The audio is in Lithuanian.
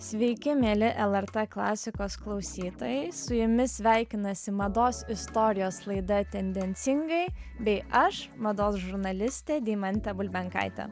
sveiki mieli lrt klasikos klausytojai su jumis sveikinasi mados istorijos laida tendencingai bei aš mados žurnalistė deimantė bulbenkaitė